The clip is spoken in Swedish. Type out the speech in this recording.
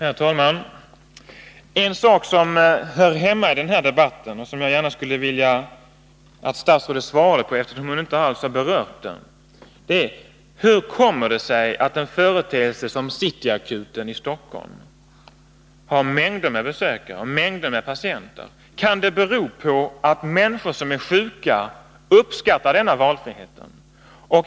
Herr talman! En sak som hör hemma i den här debatten, och som jag gärna skulle vilja att statsrådet svarade på eftersom hon inte alls har berört den, är hur det kommer sig att en företeelse som City Akuten i Stockholm har mängder med patienter. Kan det bero på att människor som är sjuka uppskattar denna valfrihet?